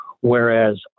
whereas